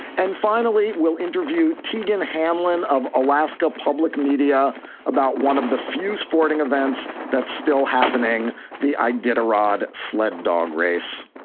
and finally, we'll interview teagan hamlyn of alaska public media about one of the few sporting events that's still happening the i did a rod sled dog race.